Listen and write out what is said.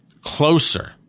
closer